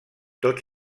tot